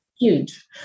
Huge